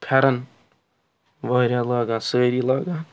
پھٮ۪رن واریاہ لاگان سٲرِی لاگان